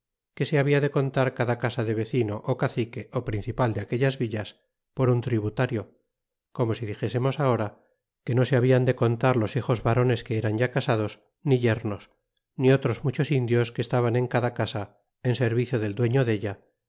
que se habla de contar cada casa de vecino ó cacique principal de aquellas villas por un tributario como si dixésemos ahora que no se hablan de contar los hijos varones que eran ya casados ni yernos ni otros muchos indios que estaban en cada casa en servicio del dueño della